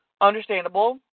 understandable